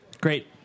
Great